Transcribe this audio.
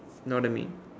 no that mean